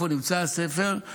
איפה נמצא הספר?